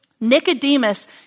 Nicodemus